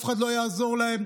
אף אחד לא יעזור להם,